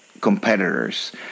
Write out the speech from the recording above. competitors